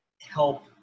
help